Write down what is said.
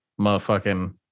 motherfucking